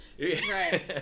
Right